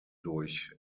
durch